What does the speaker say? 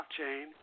blockchain